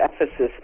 ephesus